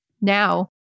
Now